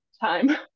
time